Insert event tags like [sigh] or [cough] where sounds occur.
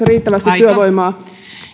[unintelligible] riittävästi työvoimaa